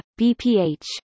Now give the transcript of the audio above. BPH